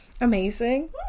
amazing